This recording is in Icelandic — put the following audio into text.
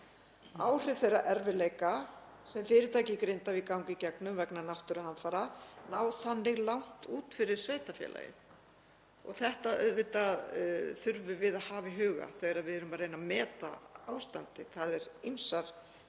Áhrif þeirra erfiðleika sem fyrirtæki í Grindavík ganga í gegnum vegna náttúruhamfara ná þannig langt út fyrir sveitarfélagið.“ Þetta þurfum við auðvitað að hafa í huga þegar við erum að reyna að meta ástandið. Það eru ekki bara